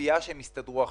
הציפייה שהם יסתדרו עכשיו?